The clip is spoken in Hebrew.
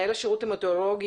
מנהל השירות המטאורולוגי,